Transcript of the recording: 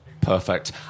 perfect